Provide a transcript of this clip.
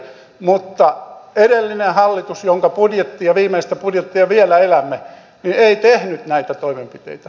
mutta edellinen hallitus jonka budjettia viimeistä budjettia vielä elämme ei tehnyt näitä toimenpiteitä